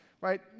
right